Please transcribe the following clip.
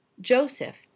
joseph